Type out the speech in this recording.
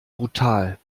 brutal